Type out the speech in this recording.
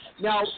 Now